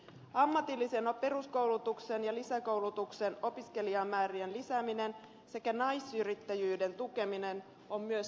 ammatillisen peruskoulutuksen ja lisäkoulutuksen opiskelijamäärien lisääminen sekä naisyrittäjyyden tukeminen ovat myös myönteistä